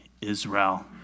Israel